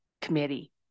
Committee